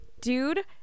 dude